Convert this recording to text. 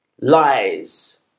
lies